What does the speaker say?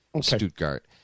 Stuttgart